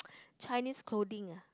Chinese clothing lah